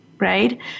right